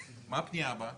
ונתחדשה בשעה 13:27.)